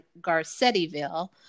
Garcettiville